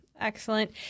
excellent